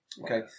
Okay